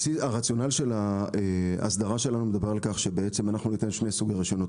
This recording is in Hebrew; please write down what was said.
הרציונל שההסדרה שלנו מדברת על כך שבעצם אנחנו ניתן שני סוגי רישיונות.